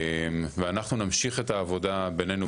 ואנחנו נמשיך את העבודה בינינו,